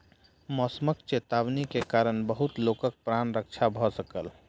मौसमक चेतावनी के कारण बहुत लोकक प्राण रक्षा भ सकल